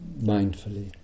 mindfully